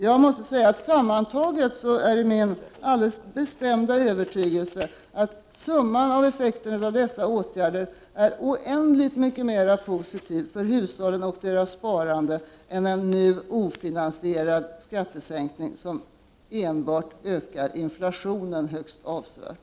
Jag måste säga att det är min alldeles bestämda övertygelse att summan av effekterna av dessa åtgärder är oändligt mycket mer positiv för hushållen och deras sparande än en nu ofinansierad skattesänkning, som enbart ökar inflationen högst avsevärt.